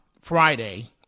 Friday